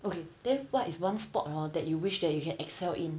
okay then what is one sport hor that you wish that you can excel in